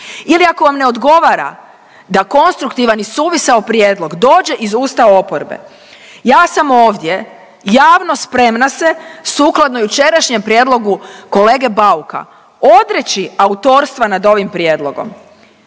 Ili, ako vam ne odgovara, da konstruktivan i suvisao prijedlog dođe iz usta oporbe, ja sam ovdje javno spremna se sukladno jučerašnjem prijedlogu kolege Bauka odreći autorstva nad ovim prijedlogom